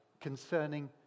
concerning